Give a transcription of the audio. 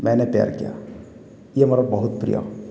ମୈନେ ପ୍ୟାର୍ କିୟା ଇୟେ ମୋର ବହୁତ ପ୍ରିୟ